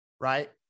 right